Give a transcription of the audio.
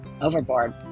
overboard